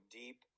deep